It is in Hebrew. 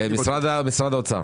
משרד האוצר.